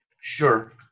Sure